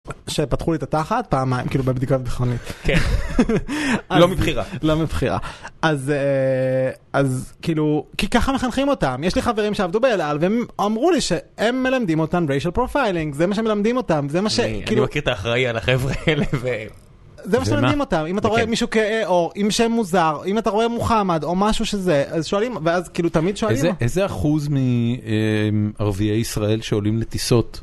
שפתחו את התחת פעמיים כאילו בבדיקה ביטחונית. לא מבחירה. לא מבחירה, אז כאילו, כי ככה מחנכים אותם, יש לי חברים שעבדו באל על והם אמרו לי שהם מלמדים אותם racial profiling, זה מה שהם מלמדים אותם. אני מכיר את האחראי על החבר'ה האלה. זה מה שמלמדים אותם, אם אתה רואה מישהו כא או עם שם מוזר, אם אתה רואה מוחמד או משהו שזה, אז שואלים, ואז כאילו תמיד שואלים. איזה אחוז מערביי ישראל שעולים לטיסות?